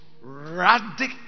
radical